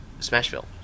Smashville